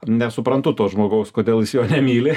nesuprantu to žmogaus kodėl jis jo nemyli